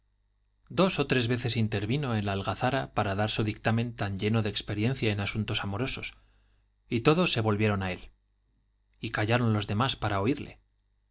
dos o tres veces intervino en la algazara para dar su dictamen tan lleno de experiencia en asuntos amorosos y todos se volvieron a él y callaron los demás para oírle